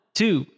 two